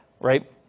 right